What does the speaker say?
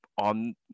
on